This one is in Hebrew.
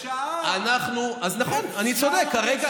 אנחנו, בשעה אפשר לפתור